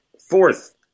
Fourth